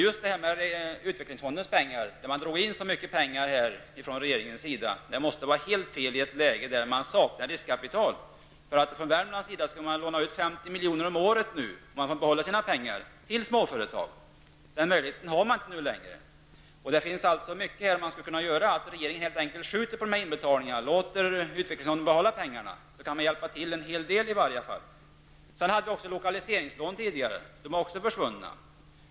Att beträffande utvecklingsfonden dra in så mycket pengar från regeringens sida måste vara helt fel i ett läge där man saknar riskkapital. För Värmlands del skulle man låna ut 50 miljoner om året till småföretag. Den möjligheten har man inte längre. Det finns mycket som man skulle kunna göra, t.ex. att regeringen skjuter på inbetalningarna och låter utvecklingsfonden behålla pengarna. Det skulle hjälpa till en hel del i alla fall. Tidigare fanns lokaliseringsfonder. Även de har försvunnit.